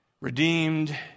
redeemed